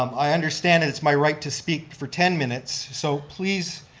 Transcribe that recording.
um i understand it's my right to speak for ten minutes, so please,